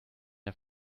der